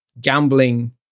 Gambling